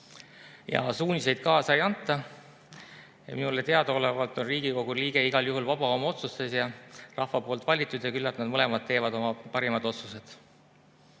Ja suuniseid kaasa ei anta. Minule teadaolevalt on Riigikogu liige igal juhul vaba oma otsustes ja rahva poolt valitud ja küllap nad mõlemad teevad oma parimad otsused.